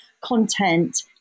Content